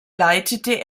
leitete